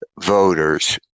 voters